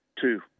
Two